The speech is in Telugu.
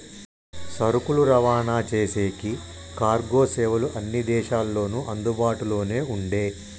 సరుకులు రవాణా చేసేకి కార్గో సేవలు అన్ని దేశాల్లోనూ అందుబాటులోనే ఉండే